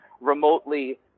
remotely